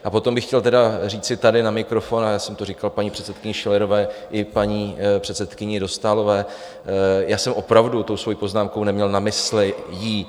A potom bych chtěl tedy říci tady na mikrofon, a já jsem to říkal paní předsedkyni Schillerové i paní předsedkyni Dostálové: já jsem opravdu tou svojí poznámkou neměl na mysli jí.